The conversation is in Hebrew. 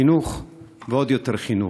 חינוך ועוד יותר חינוך.